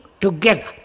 together